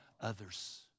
others